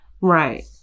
Right